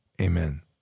amen